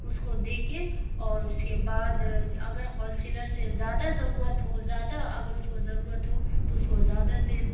اس کو دے کے اور اس کے بعد اگر ہول سیلر سے زیادہ ضرورت ہو زیادہ اگر اس کو ضرورت ہو تو اس کو زیادہ دیں